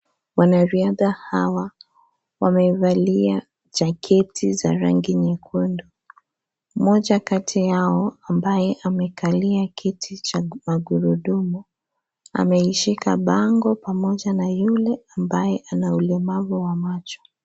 Wanariadha hawa wamevalia jaketi ya rangi nyekundu ,moja kati yao ambaye amekalia kiti cha magurudumu ameishika bango pamoja na yule ambaye ana ulemavu wa macho